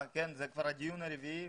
זה כבר הדיון הרביעי,